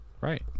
Right